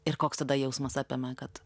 ir koks tada jausmas apėmė kad